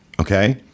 Okay